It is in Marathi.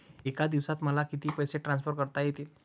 एका दिवसात मला किती पैसे ट्रान्सफर करता येतील?